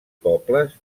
pobles